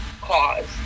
cause